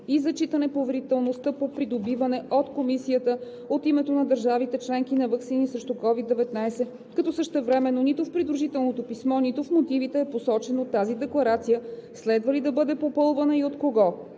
и зачитане поверителността по придобиване от Комисията от името на държавите членки на ваксини срещу COVID-19, като същевременно нито в придружителното писмо, нито в мотивите е посочено тази декларация следва ли да бъде попълвана и от кого.